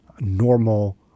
normal